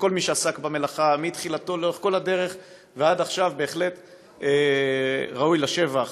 וכל מי שעסק במלאכה מתחילתה לאורך כל הדרך ועד עכשיו באמת ראוי לשבח.